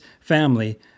family